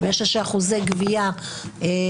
האם יש איזשהם אחוזי גבייה מצטברים?